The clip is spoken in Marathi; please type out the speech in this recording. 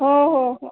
हो हो हो